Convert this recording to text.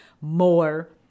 more